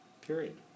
Period